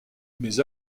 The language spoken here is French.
mais